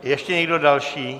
Ještě někdo další?